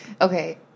okay